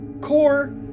Core